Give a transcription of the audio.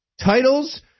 Titles